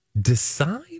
Decide